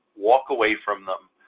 walk away from them,